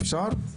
אפשר?